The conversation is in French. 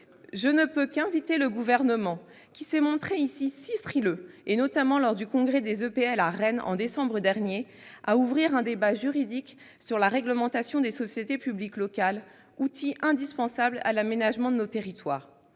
je ne peux qu'inviter le Gouvernement, qui s'est montré si frileux jusqu'ici, notamment lors du congrès des EPL à Rennes au mois de décembre dernier, à ouvrir un débat juridique sur la réglementation des sociétés publiques locales, outil indispensable à l'aménagement de nos territoires.